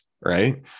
right